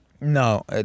No